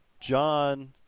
john